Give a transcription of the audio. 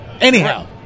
anyhow